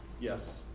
Yes